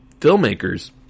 filmmakers